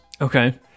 Okay